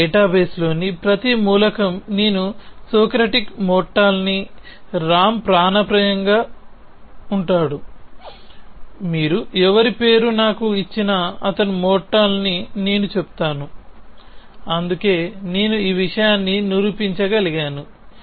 నా డేటాబేస్లోని ప్రతి మూలకం నేను సోక్రటిక్ మోర్టల్ ని రామ్ ప్రాణాపాయంగా ఉంటాడు మీరు ఎవరి పేరు నాకు ఇచినా అతను మోర్టల్ ని నేను చెప్తాను అందుకే నేను ఆ విషయాన్ని నిరూపించగలిగాను